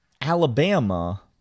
Alabama